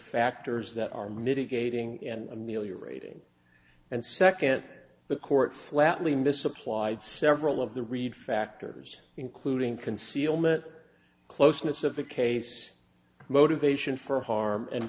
factors that are mitigating and ameliorating and second that the court flatly misapplied several of the reed factors including concealment closeness of the case motivation for harm and